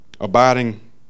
abiding